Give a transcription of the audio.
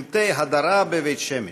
שלטי הדרה בבית שמש.